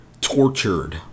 tortured